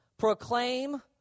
Proclaim